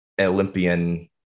Olympian